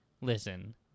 listen